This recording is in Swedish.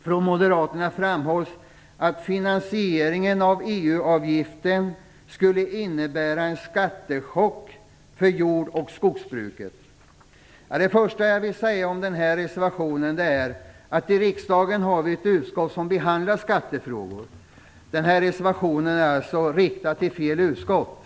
från moderaterna framhålls att finansieringen av EU-avgiften skulle innebära en skattechock för jord och skogsbruket. För det första vill jag med anledning av denna reservation säga att vi i riksdagen har ett utskott som behandlar skattefrågor. Reservationen är alltså riktad till fel utskott.